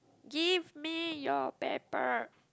give me your paper